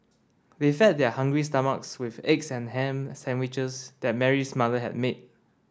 they fed their hungry stomachs with eggs and ham sandwiches that Mary's mother had made